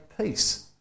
peace